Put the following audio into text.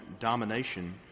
domination